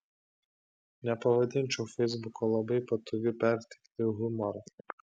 nepavadinčiau feisbuko labai patogiu perteikti humorą